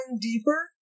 deeper